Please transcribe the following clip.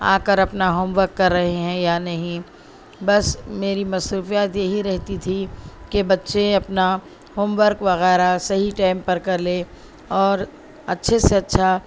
آ کر اپنا home work کر رہے ہیں یا نہیں بس میری مصروفیات یہی رہتی تھیں کہ بچے اپنا ہوم ورک وغیرہ صحیح ٹیم پر کر لیں اور اچھے سے اچھا